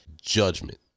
judgment